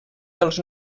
dels